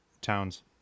towns